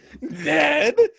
Ned